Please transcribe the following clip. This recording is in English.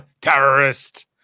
Terrorist